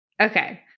Okay